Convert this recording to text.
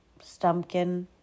Stumpkin